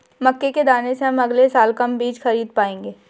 मक्के के दाने से हम अगले साल कम बीज खरीद पाएंगे